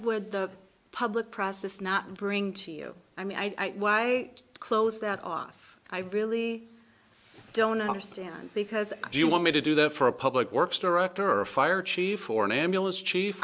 would the public process not bring to you i mean i why close that off i really don't understand because you want me to do that for a public works director or a fire chief or an ambulance chief